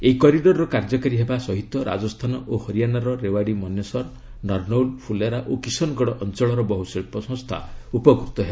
ଏହି କରିଡର୍ କାର୍ଯ୍ୟକାରୀ ହେବା ସହିତ ରାଜସ୍ଥାନ ଓ ହରିୟାଣାର ରେୱାଡ଼ି ମନେସର୍ ନର୍ନଉଲ୍ ଫୁଲେରା ଓ କିଶନ୍ଗଡ଼ ଅଞ୍ଚଳର ବହୁ ଶିଳ୍ପ ସଂସ୍ଥା ଉପକୃତ ହେବ